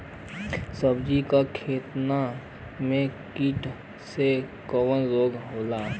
सब्जी के खेतन में कीट से कवन रोग होला?